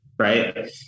right